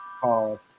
called